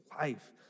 life